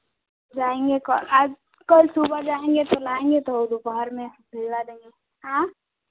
जाएँगे क आज कल सुबह जाएँगे तो लाएँगे तो दुपहर में भिजवा देंगे हाँ